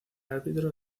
árbitro